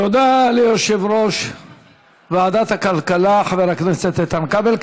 תודה ליושב-ראש ועדת הכלכלה חבר הכנסת איתן כבל.